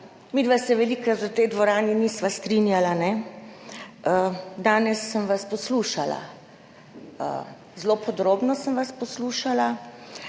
midva se velikokrat v tej dvorani nisva strinjala. Danes sem vas poslušala, zelo podrobno sem vas poslušala